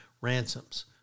ransoms